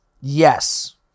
yes